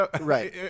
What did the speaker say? Right